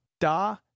Da